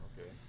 Okay